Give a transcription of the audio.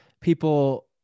people